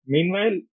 Meanwhile